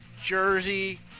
Jersey